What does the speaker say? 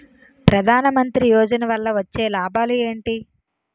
ప్రధాన మంత్రి యోజన వల్ల వచ్చే లాభాలు ఎంటి?